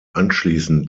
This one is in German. anschließend